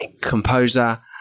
composer